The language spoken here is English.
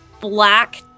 black